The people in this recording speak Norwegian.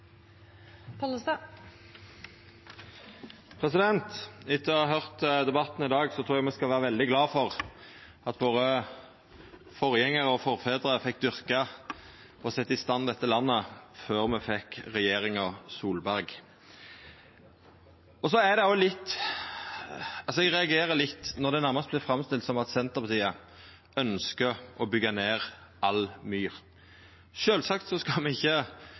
Etter å ha høyrt debatten i dag trur eg me skal vera veldig glade for at forgjengarane og forfedrane våre fekk dyrka og sett i stand dette landet før me fekk regjeringa Solberg. Og så reagerer eg litt når det nærmast vert framstilt som at Senterpartiet ønskjer å byggja ned all myr. Sjølvsagt skal me ikkje nydyrka all myr. Dette handlar om ein skal